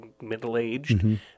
middle-aged